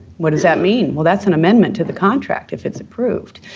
what does that mean? well, that's an amendment to the contract if it's approved,